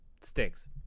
stinks